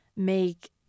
make